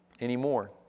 anymore